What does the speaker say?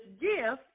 gift